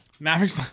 Mavericks